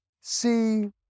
see